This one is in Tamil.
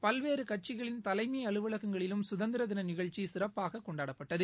பல்வேறு கட்சிகளின் தலைமை அலுவலகங்களிலும் சுதந்திர தின நிகழ்ச்சி சிறப்பாக கொண்டாடப்பட்டது